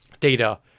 data